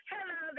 Hello